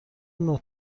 نوع